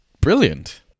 brilliant